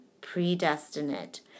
predestinate